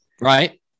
Right